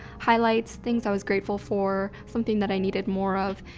highlights, things i was grateful for, something that i needed more of,